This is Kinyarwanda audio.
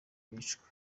bicwa